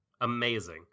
Amazing